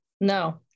No